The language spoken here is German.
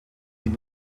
den